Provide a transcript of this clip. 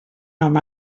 nom